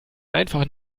einfach